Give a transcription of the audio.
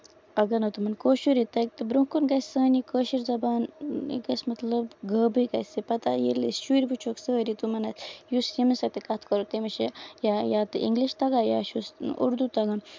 اَگر نہ تِمن کٲشُر تَگہِ تہٕ برونہہ کُن گژھِ سٲنۍ یہِ کٲشِر زَبان یہِ گژھِ مطلب غٲبٕے گژھِ یہِ پَتہٕ ییٚلہِ شُرۍ وٕچھوکھ سٲری تِمن یُس ییٚمِس سۭتۍ تہِ کَتھ کَرو تٔمِس چھُ یا تہِ اِنگلِش تَگان یا چھُس اردوٗ تَگان